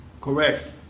Correct